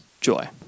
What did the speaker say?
joy